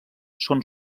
són